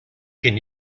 can